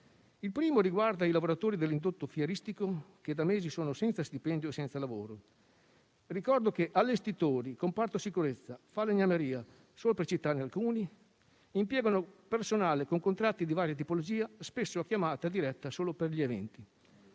Il primo riguarda i lavoratori dell'indotto fieristico, che da mesi sono senza stipendio e senza lavoro. Ricordo che allestitori, comparto sicurezza, falegnameria - solo per citarne alcuni - impiegano personale con contratti di varia tipologia spesso a chiamata diretta solo per gli eventi.